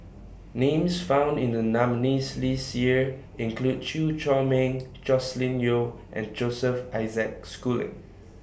Names found in The nominees' list Year include Chew Chor Meng Joscelin Yeo and Joseph Isaac Schooling